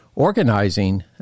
organizing